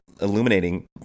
illuminating